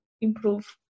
improve